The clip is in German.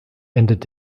endet